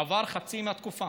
עברה חצי מהתקופה,